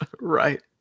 Right